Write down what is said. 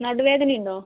നടുവേദനയുണ്ടോ